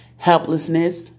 Helplessness